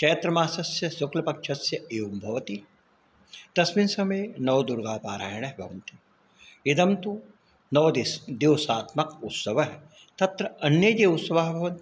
चैत्रमासस्य शुक्लपक्षस्य एवं भवति तस्मिन् समये नवदुर्गापारायणं भवति इदं तु नवदिवसात्मकः उत्सवः तत्र अन्यत् उत्सवाः भवन्ति